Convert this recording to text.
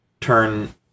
turn